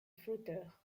flotteurs